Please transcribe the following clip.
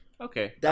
Okay